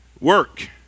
work